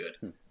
good